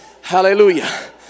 Hallelujah